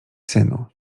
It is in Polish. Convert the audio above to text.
synu